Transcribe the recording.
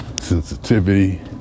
sensitivity